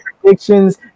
predictions